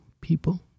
people